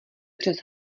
přes